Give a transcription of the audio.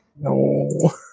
No